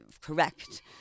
correct